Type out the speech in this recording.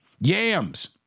yams